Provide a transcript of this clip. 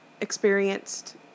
experienced